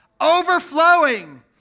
Overflowing